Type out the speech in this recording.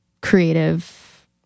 creative